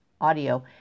audio